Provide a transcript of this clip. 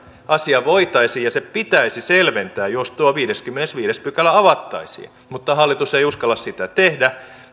asia voitaisiin ja se pitäisi selventää jos tuo viideskymmenesviides pykälä avattaisiin mutta hallitus ei uskalla sitä tehdä